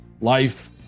Life